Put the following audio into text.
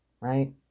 right